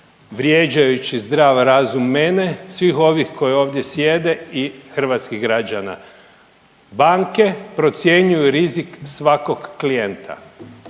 vrijeđajući zdrav razum mene, svih ovih koji ovdje sjede i hrvatskih građana. Banke procjenjuju rizik svakog klijenta